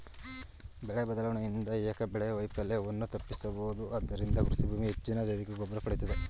ಬೆಳೆ ಬದಲಾವಣೆಯಿಂದ ಏಕಬೆಳೆ ವೈಫಲ್ಯವನ್ನು ತಪ್ಪಿಸಬೋದು ಇದರಿಂದ ಕೃಷಿಭೂಮಿ ಹೆಚ್ಚಿನ ಜೈವಿಕಗೊಬ್ಬರವನ್ನು ಪಡೆಯುತ್ತದೆ